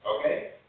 okay